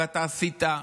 ואתה עשית,